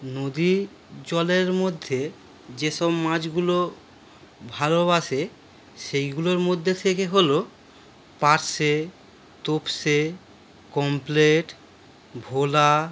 নদী জলের মধ্যে যেসব মাছগুলো ভালোবাসে সেইগুলোর মধ্যে থেকে হলো পারশে তোপসে কমপ্লেট ভোলা